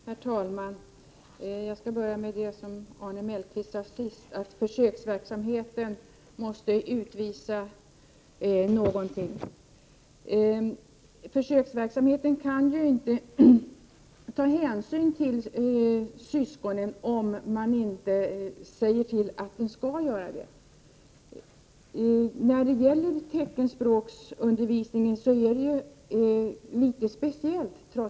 Herr talman! Jag skall börja med det som Arne Mellqvist sade sist, nämligen att försöksverksamheten måste utvisa vilken form av lösning som är lämpligast. Men man kan ju i försöksverksamheten inte ta hänsyn till syskonen, om det inte anges att man skall göra det. Teckenspråksundervisningen är trots allt mycket speciell.